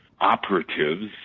operatives